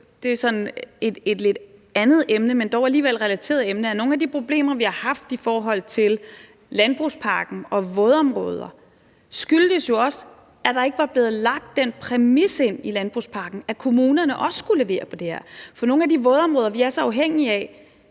sådan et lidt andet emne, men dog alligevel relateret – at nogle af de problemer, vi har haft i forhold til landbrugspakken og vådområder, jo også skyldtes, at der ikke var blevet lagt den præmis ind i landbrugspakken, at kommunerne også skulle levere på det her. For nogle af de vådområder, vi er så afhængige af,